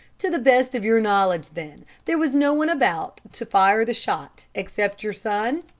to the best of your knowledge, then, there was no one about to fire the shot except your son?